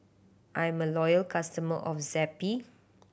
I am a loyal customer of Zappy